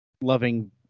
Loving